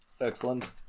Excellent